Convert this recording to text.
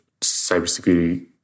cybersecurity